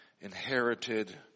inherited